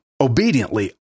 obediently